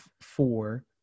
four